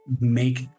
make